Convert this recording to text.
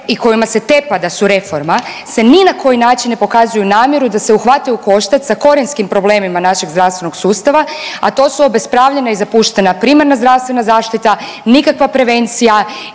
i kojima se tepa da su reforma, se ni na koji način ne pokazuju namjeru da se uhvate u koštac sa korijenskim problemima našeg zdravstvenog sustava, a to su obespravljena i zapuštena primarna zdravstvena zaštita, nikakva prevencija,